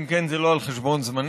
אם כן, זה לא על חשבון זמני.